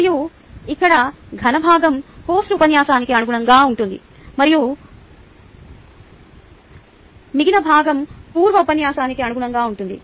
మరియు ఇక్కడ ఘన భాగం పోస్ట్ ఉపన్యాసానికి అనుగుణంగా ఉంటుంది మరియు మిగిన భాగం పూర్వ ఉపన్యాసానికి అనుగుణంగా ఉంటుంది